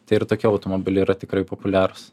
tai ir tokie automobiliai yra tikrai populiarūs